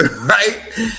right